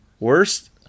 Worst